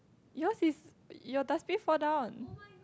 yours is your dustbin fall down